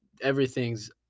everything's